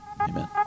Amen